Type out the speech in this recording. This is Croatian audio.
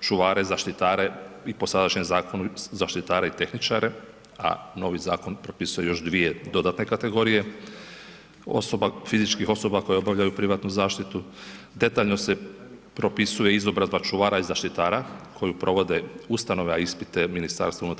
čuvare, zaštitare i po sadašnjem zakonu i zaštitare i tehničare, a novi zakon propisuje još 2 dodatne kategorije osoba, fizičkih osoba koje obavljaju privatnu zaštitu, detaljno se propisuje izobrazba čuvara i zaštitara koju provode ustanove, a ispite MUP.